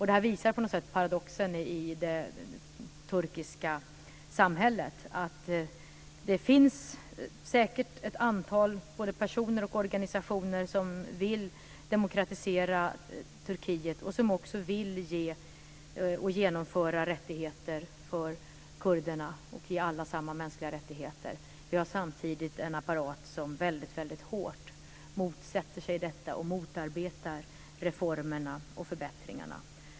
Det här visar på paradoxen i det turkiska samhället: Det finns säkert ett antal personer och organisationer som vill demokratisera Turkiet och som vill genomföra rättigheter för kurderna och ge alla samma mänskliga rättigheter. Samtidigt finns det en apparat som hårt motsätter sig detta och motarbetar reformerna och förbättringarna.